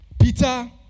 Peter